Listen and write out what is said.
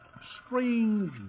strange